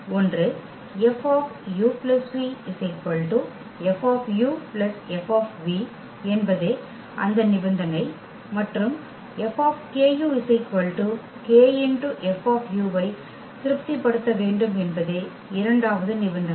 ஒன்று F u v F F என்பதே அந்த நிபந்தனை மற்றும் F k F ஐ திருப்திப்படுத்த வேண்டும் என்பதே இரண்டாவது நிபந்தனை